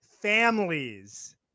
families